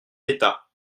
d’état